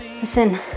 Listen